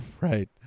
Right